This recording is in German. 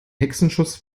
hexenschuss